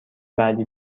بعدی